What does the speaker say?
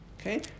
Okay